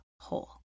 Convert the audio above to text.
whole